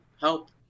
help